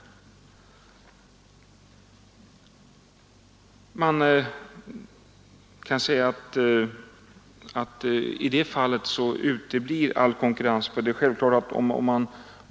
Man kan säga att i det fallet all konkurrens uteblir.